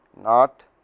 not